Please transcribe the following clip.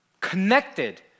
connected